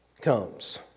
comes